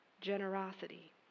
generosity